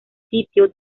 sitio